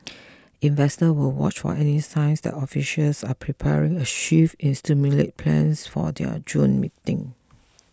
investors will watch why any signs that officials are preparing a shift in stimulus plans for their June meeting